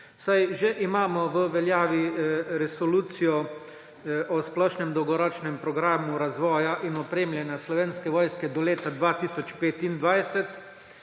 saj že imamo v veljavi Resolucijo o splošnem dolgoročnem programu razvoja in opremljanja Slovenske vojske do leta 2025.